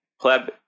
pleb